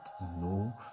No